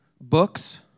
books